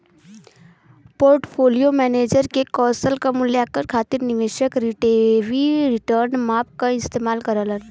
portfolio manager के कौशल क मूल्यांकन खातिर निवेशक रिलेटिव रीटर्न माप क इस्तेमाल करलन